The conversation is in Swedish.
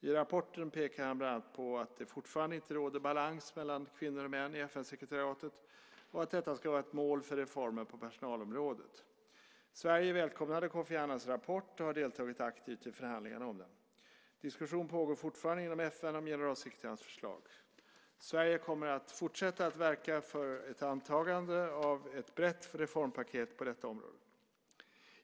I rapporten pekar han bland annat på att det fortfarande inte råder balans mellan kvinnor och män i FN-sekretariatet och att detta ska vara ett mål för reformer på personalområdet. Sverige välkomnade Kofi Annans rapport och har deltagit aktivt i förhandlingarna om den. Diskussion pågår fortfarande inom FN om generalsekreterarens förslag. Sverige kommer att fortsätta att verka för ett antagande av ett brett reformpaket på detta område.